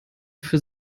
für